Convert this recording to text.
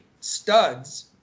studs